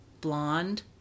blonde